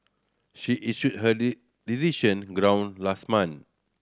she issued her decision ground last month